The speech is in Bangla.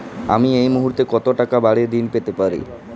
আমি এই মুহূর্তে কত টাকা বাড়ীর ঋণ পেতে পারি?